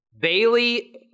Bailey